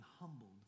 humbled